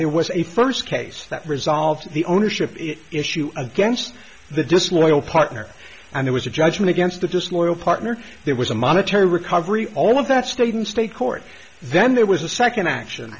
there was a first case that resolved the ownership issue again the disloyal partner and it was a judgment against the disloyal partner there was a monetary recovery all of that student state court then there was a second action